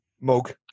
Mug